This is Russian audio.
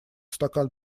стакан